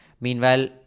Meanwhile